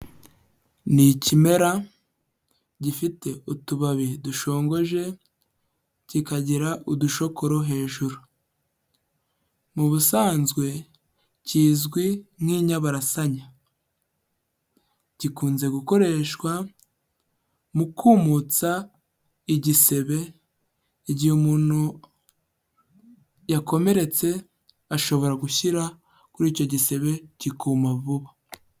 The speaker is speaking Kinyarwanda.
Ni ikimera gifite utubabi dushongoje, kikagira udushokoro hejuru, mu busanzwe kizwi nk'inyabarasanya, gikunze gukoreshwa mu kumutsa igisebe, igihe umuntu yakomeretse ashobora gushyira kuri icyo gisebe kikuma vuba.